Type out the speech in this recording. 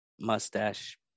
mustache